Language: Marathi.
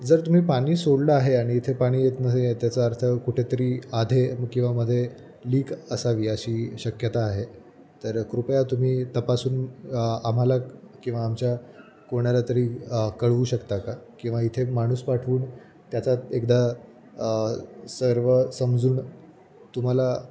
जर तुम्ही पाणी सोडलं आहे आणि इथे पाणी येत नाही आहे त्याचा अर्थ कुठेतरी आधे किंवा मधे लीक असावी अशी शक्यता आहे तर कृपया तुम्ही तपासून आम्हाला किंवा आमच्या कोणाला तरी कळवू शकता का किंवा इथे माणूस पाठवून त्याचा एकदा सर्व समजून तुम्हाला